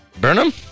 Burnham